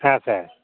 হ্যাঁ স্যার